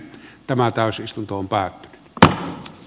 tämä täysistuntoon pää pää